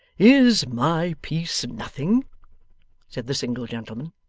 is my peace nothing said the single gentleman.